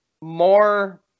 more